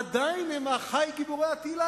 עדיין הם אחי גיבורי התהילה,